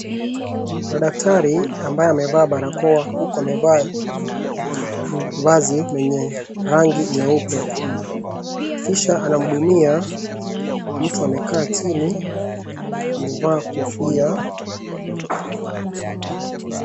Kuna daktari ambaye amevaa barakoa huku amevaa vazi lenye rangi nyeupe. Kisha anamhudumia mtu amekaa chini ,amevaa kofia.